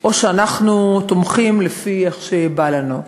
או שאנחנו תומכים לפי איך שבא לנו.